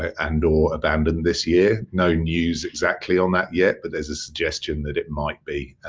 and or abandoned this year. no news exactly on that yet but there's a suggestion that it might be.